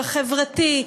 בחברתי,